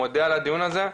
מודה על הדיון הזה,